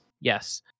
Yes